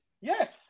yes